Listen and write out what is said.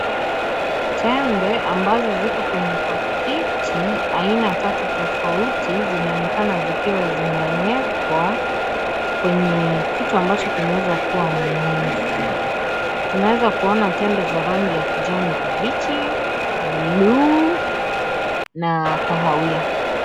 Tembe ambazo ziko kwenye pakiti aina tatu tofauti zinaonekana zikiwa zimewekwa kwenye kitu ambacho kinaweza kuwa meza. Tunaweza kuona tembe za rangi ya kijani kibichi, buluu na kahawia.